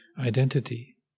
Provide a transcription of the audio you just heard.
identity